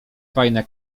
fajne